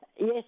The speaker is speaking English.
Yes